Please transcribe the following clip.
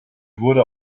wurde